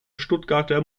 stuttgarter